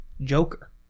Joker